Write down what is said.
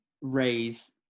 raise